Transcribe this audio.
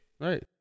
Right